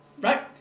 right